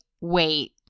wait